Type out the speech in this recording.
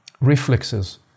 reflexes